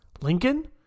Lincoln